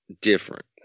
different